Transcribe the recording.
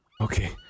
Okay